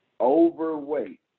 overweight